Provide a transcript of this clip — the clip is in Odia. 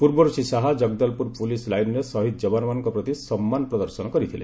ପୂର୍ବରୁ ଶ୍ରୀ ଶାହା ଜଗଦଲପୁର ପୋଲିସ ଲାଇନରେ ଶହୀଦ ଯବାନମାନଙ୍କ ପ୍ରତି ସମ୍ମାନ ପ୍ରଦର୍ଶନ କରିଥିଲେ